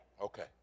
Okay